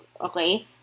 okay